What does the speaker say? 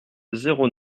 zéro